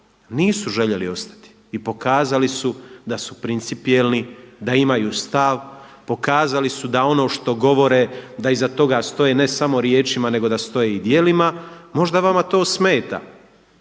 Nisu željeli ostati i pokazali su da su principijelni, da imaju stav, pokazali su da ono što govore da iza toge stoje ne samo riječima nego da stoje i djelima. Možda vama to smeta,